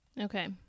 Okay